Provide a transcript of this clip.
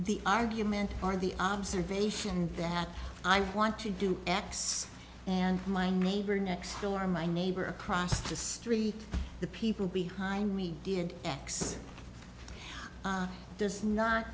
the argument or the observation that i want to do x and my neighbor next door my neighbor across the street the people behind me did x does not